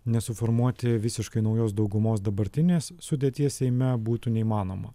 nes suformuoti visiškai naujos daugumos dabartinės sudėties seime būtų neįmanoma